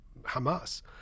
Hamas